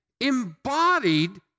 embodied